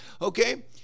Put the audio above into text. okay